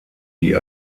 die